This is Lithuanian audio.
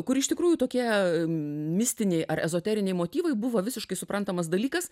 kur iš tikrųjų tokie mistiniai ar ezoteriniai motyvai buvo visiškai suprantamas dalykas